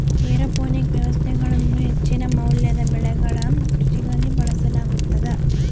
aeroponic ವ್ಯವಸ್ಥೆಗಳನ್ನು ಹೆಚ್ಚಿನ ಮೌಲ್ಯದ ಬೆಳೆಗಳ ಕೃಷಿಗಾಗಿ ಬಳಸಲಾಗುತದ